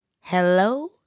Hello